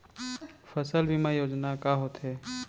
फसल बीमा योजना का होथे?